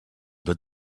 but